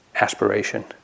aspiration